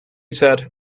said